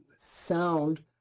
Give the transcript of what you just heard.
sound